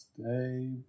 stay